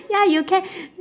ya you can